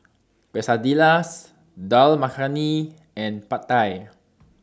Quesadillas Dal Makhani and Pad Thai